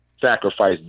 sacrifice